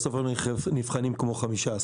בסוף נבחנים כמו 15,